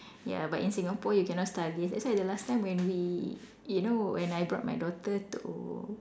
ya but in Singapore you cannot stargaze that's why the last time when we you know when I brought my daughter to